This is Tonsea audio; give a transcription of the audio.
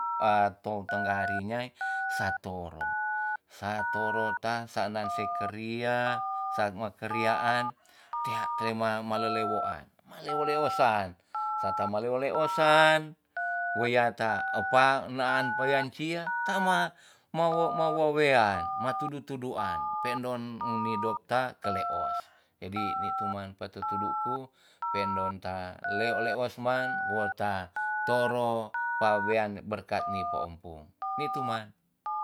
A tou tanggari nyai sa toro. sa toro ta sa naan se karia sa mo keriaan tea tleh malele woan maleo leosan wea ta e pa naan pa wean cia takma ma wo mawo wean ma tudu tudu an pe'ndon uni dokta ke leos. jadi ni tu man pa tete duk ku pe'ndon ta leo leos man wo ta toro wa wean berkat ni po empung ni tu man